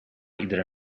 iedere